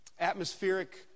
atmospheric